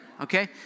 Okay